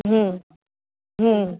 હમ્મ હમ્મ